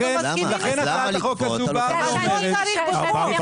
אנחנו מסכימים אבל אתה לא צריך בחוק.